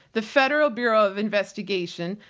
the federal bureau of investigation,